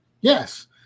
Yes